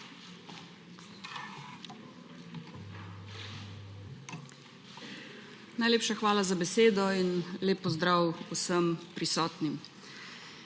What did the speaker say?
Najlepša hvala za besedo in lep pozdrav vsem prisotnim.